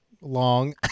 long